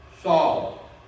Saul